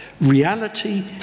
reality